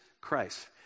Christ